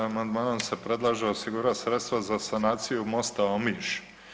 Amandmanom se predlaže osigurati sredstva za izgradnju mosta Omiš.